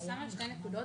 אני שמה שתי נקודות,